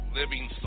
living